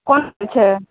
कोनके छै